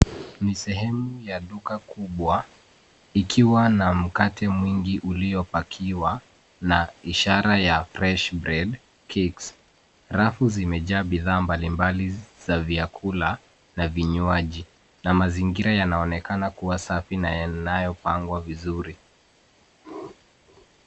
Ni sehemu ya duka kubwa ikiwa na mkate mwingi ulio pakiwa na ishara ya freshbread kicks . Rafu zimejaa bidhaa mbalimbali za vyakula na vinywaji na mazingira yanaonekaa kuwa safi na yanayopangwa vizuri.